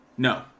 No